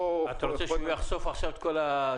--- אתה רוצה שהוא יחשוף עכשיו את הכול?